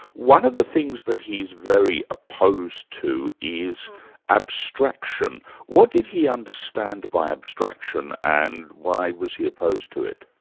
one of the things that he's very opposed to is abstraction. what did he understand by abstraction and why was he opposed to it?